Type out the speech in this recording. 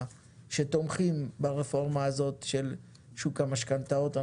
שתומכים ברפורמה הזאת של שוק המשכנתאות,